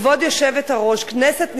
כבוד היושבת-ראש, כנסת נכבדה,